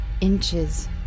inches